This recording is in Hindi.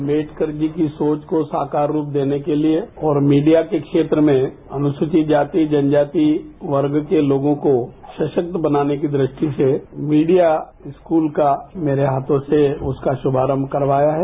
आंबेडकर जी की सोच को साकार रूप देने के लिए और मीडिया के क्षेत्र में अनसंघित जाति जनजाति वर्ग के लोगों को सराक्त बनाने की दृष्टि से मीडिया स्कूल का मेरे हाथों से उसका शुभारंभ करवाया है